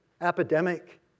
epidemic